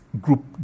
Group